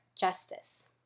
justice